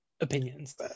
opinions